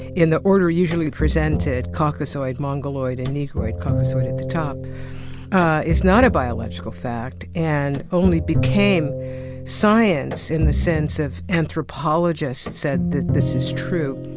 in the order usually presented, caucasoid, mongoloid, and negroid, caucasoid at the top is not a biological fact, and only became science, in the sense of anthropologists said that this is true,